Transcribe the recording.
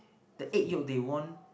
the egg yolk they won't